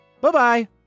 Bye-bye